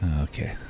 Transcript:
Okay